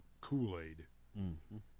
kool-aid